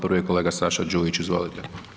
Prvi je kolega Saša Đujić, izvolite.